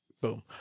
Boom